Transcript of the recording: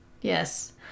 yes